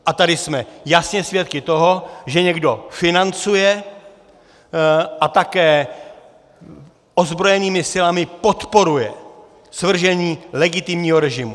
A tady jsme jasně svědky toho, že někdo financuje a také ozbrojenými silami podporuje svržení legitimního režimu.